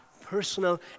personal